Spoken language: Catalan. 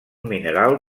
mineral